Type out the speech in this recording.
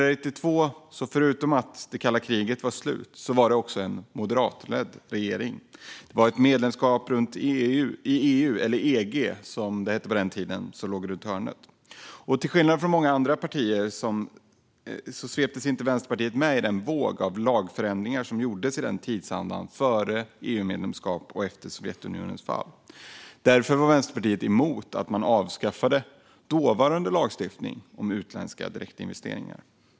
Förutom att det kalla kriget var slut 1992 hade vi en moderatledd regering, och ett medlemskap i EU, eller EG som det hette på den tiden, låg runt hörnet. Till skillnad från många andra partier sveptes Vänsterpartiet inte med i den våg av lagförändringar som gjordes i den tidsandan före EU-medlemskapet och efter Sovjetunionens fall. Därför var Vänsterpartiet emot att man avskaffade dåvarande lagstiftning om utländska direktinvesteringar.